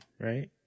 right